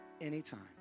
Anytime